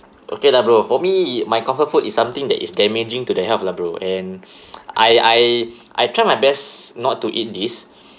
okay lah bro for me my comfort food is something that is damaging to the health lah bro and I I I try my best not to eat this